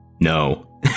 No